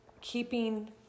keeping